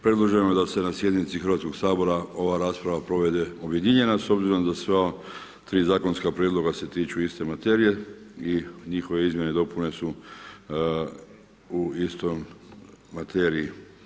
Predloženo je da se na sjednici Hrvatskoga sabora ova rasprava provede objedinjena s obzirom sva tri zakonska prijedloga se tiču iste materije i njihove izmjene i dopune su u istoj materiji.